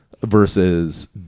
versus